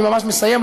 אני ממש מסיים.